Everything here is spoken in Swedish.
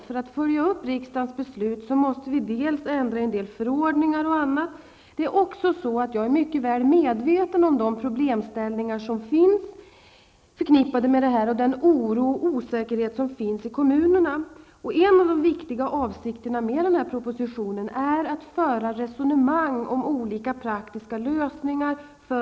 För att följa upp riksdagens beslut måste vi för det första ändra i bl.a. en del förordningar. Jag är för det andra mycket väl medveten om de problem som är förknippade med det här liksom om den oro och osäkerhet som finns i kommunerna. En av de viktiga avsikterna med den här propositionen är att föra resonemang för och emot olika praktiska lösningar.